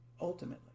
ultimately